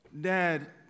Dad